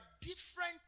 different